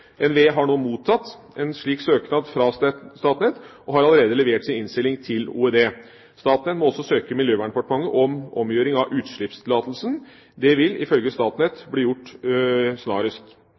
NVE har nå mottatt en slik søknad fra Statnett og har allerede levert sin innstilling til Olje- og energidepartementet. Statnett må også søke Miljøverndepartementet om omgjøring av utslippstillatelsen. Det vil, ifølge Statnett, bli gjort snarest.